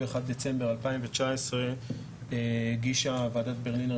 ב-31 בדצמבר 2019 הגישה ועדת ברלינר,